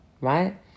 right